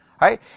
right